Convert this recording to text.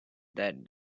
that